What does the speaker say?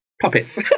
puppets